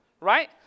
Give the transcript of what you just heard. right